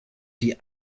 die